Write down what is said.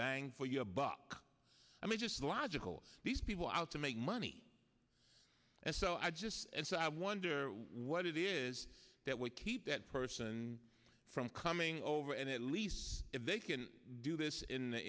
bang for your buck i mean just logical these people out to make money and so i just and so i wonder what it is that we keep that person from coming over and at lease if they can do this in the